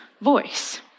voice